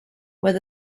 where